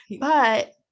but-